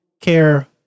care